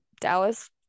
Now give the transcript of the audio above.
Dallas